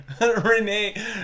Renee